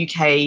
UK